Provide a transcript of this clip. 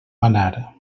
manar